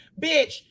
bitch